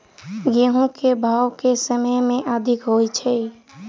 गेंहूँ केँ भाउ केँ समय मे अधिक होइ छै?